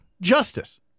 justice